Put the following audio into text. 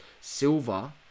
silver